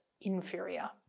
inferior